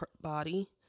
body